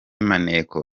maneko